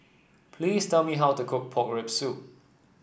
please tell me how to cook Pork Rib Soup